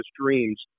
dreams